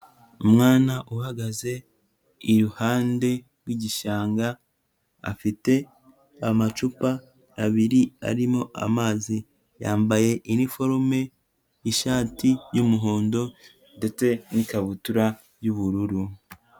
Umwana uhagaze iruhande rw'igishanga afite amacupa abiri arimo amazi, yambaye iniforume ishati y'umuhondo ndetse n'ikabutura y'ubururu.